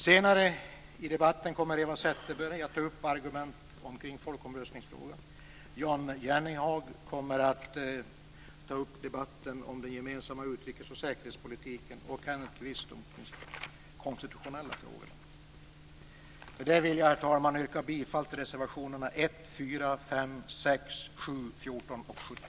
Senare i debatten kommer Eva Zetterberg att ta upp argument kring folkomröstningsfrågan. Jan Jennehag kommer att ta upp debatten om den gemensamma utrikes och säkerhetspolitiken. Kenneth Kvist kommer att ta upp de konstitutionella frågorna. Herr talman! Med detta yrkar jag bifall till reservationerna 1, 4, 5, 6, 7, 14 och 17.